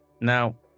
Now